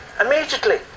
Immediately